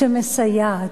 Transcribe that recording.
שמסייעת,